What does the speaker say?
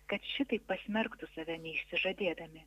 kad šitaip pasmerktų save neišsižadėdami